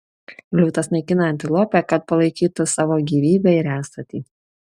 liūtas naikina antilopę kad palaikytų savo gyvybę ir esatį